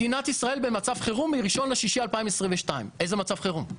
מדינת ישראל במצב חירום מה-1 ביוני 2022. איזה מצב חירום?